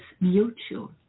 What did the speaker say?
mutual